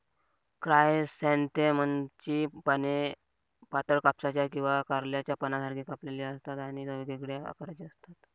क्रायसॅन्थेममची पाने पातळ, कापसाच्या किंवा कारल्याच्या पानांसारखी कापलेली असतात आणि वेगवेगळ्या आकाराची असतात